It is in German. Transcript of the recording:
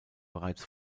bereits